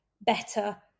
better